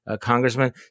congressman